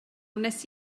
wnes